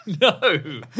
No